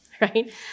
right